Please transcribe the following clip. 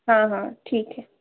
हाँ हाँ ठीक है